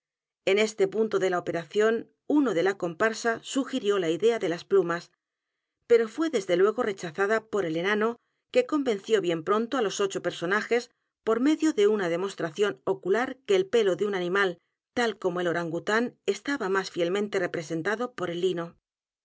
en este punto de la operación uno de la comparsa sugirió la idea de las p l u m a s pero fué desde luego rechazada por el enano que convenció bien pronto á los ocho personajes por medio de una demostración ocular que el pelo de un animal tal como el orangután estaba m á s fielmente representado por el lino